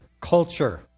culture